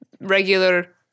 regular